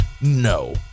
No